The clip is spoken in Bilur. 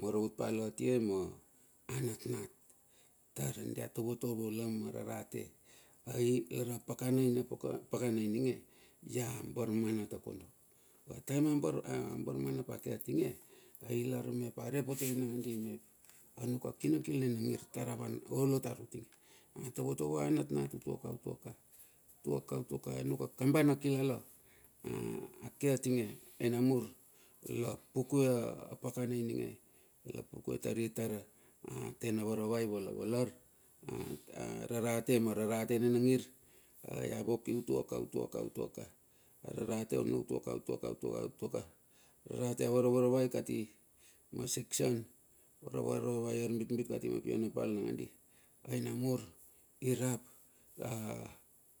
maravut pa la tie ma anatnat, tar dia tovotovo la ma rarate. Ai lar ma pakana ininge, ia barmana, takondo ataem a barmana ap ake atinge, ailar mep are potei nandi mep, anuk a kinakil ana tara van olo tar utinge, atovotovo ava natnat utua ka, utua ka. utua ka, utua ka, anuk a kambana kilala ake atinge, ai namur lapukue apakana ininge, la pukue tari tara tena varavai vala valar, ararate ma rarate nina ngir. Ai avoki utua ka, utia ka, utua ka, ararate ono utua ka, utua ka, utua ka, utua ka, ararate ono ma section. Avaravaravai arbitbit kat, ma pia na pal. Ai namur irap.